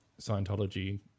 Scientology